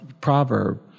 proverb